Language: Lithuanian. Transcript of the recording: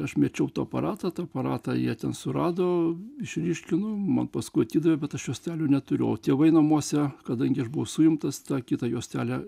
aš mečiau tą aparatą aparatą jie ten surado išryškino man paskui atidavė bet aš juostelių neturiu o tėvai namuose kadangi aš buvau suimtas tą kitą juostelę